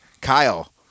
Kyle